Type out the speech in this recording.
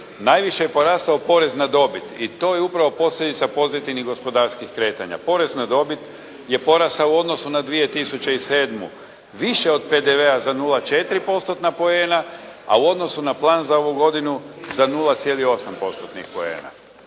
Najviše je porastao porez na dobit i to je upravo posljedica pozitivnih gospodarskih kretanja. Porez na dobit je porastao u odnosu na 2007. više od PDV-a za 0,4 postotna poena, a u odnosu za plan za ovu godinu za 0,8 postotnih